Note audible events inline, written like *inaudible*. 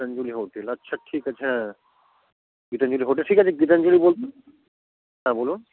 Gitanjali hotel আচ্ছা ঠিক আছে হ্যাঁ গীতাঞ্জলি হোটেল ঠিক আছে গীতাঞ্জলি *unintelligible* হ্যাঁ বলুন